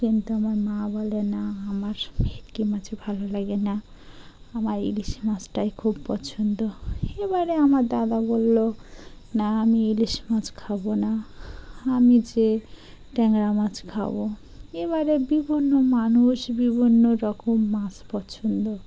কিন্তু আমার মা বলে না আমার ভেটকি মাছ ভালো লাগে না আমার ইলিশ মাছটাই খুব পছন্দ এবারে আমার দাদা বললো না আমি ইলিশ মাছ খাবো না আমি যে ট্যাংরা মাছ খাবো এবারে বিভিন্ন মানুষ বিভিন্ন রকম মাছ পছন্দ